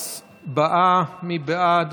הצבעה, מי בעד?